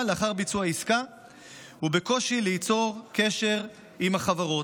לאחר ביצוע עסקה ובקושי ליצור קשר עם החברות.